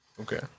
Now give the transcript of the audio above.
Okay